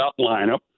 lineup